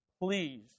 Please